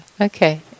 okay